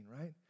right